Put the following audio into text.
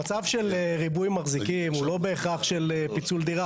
המצב של ריבוי מחזיקים הוא לא בהכרח של פיצול דירה.